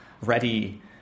ready